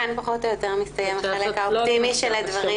כאן פחות או יותר מסתיים החלק האופטימי של הדברים